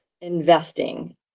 investing